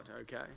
okay